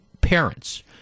parents